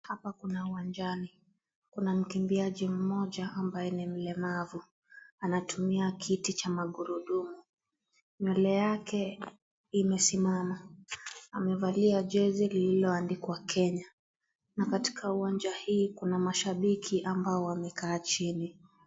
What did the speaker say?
Hapa kuna uwanjani, kuna mkimbiaji mmoja ambaye ni mlemavu, anatumia kiti cha magurudumu, nywele yake imesimama, amevalia jersey lililoandikwa Kenya na katika uwanja hii kuna mashabiki amabo wamekaa chini.